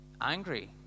angry